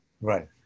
Right